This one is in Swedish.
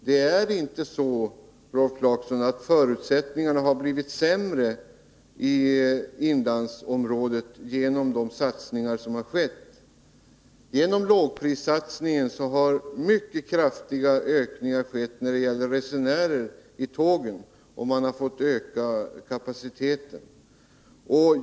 Det är inte så, Rolf Clarkson, att förutsättningarna har blivit sämre i inlandsområdet genom de satsningar som har skett. Genom lågprissatsningen har mycket kraftiga ökningar skett när det gäller tågresenärer, och man har fått ökad kapacitet.